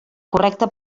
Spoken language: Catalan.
correcta